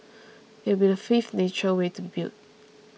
it will be the fifth nature way to be built